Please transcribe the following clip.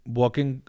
walking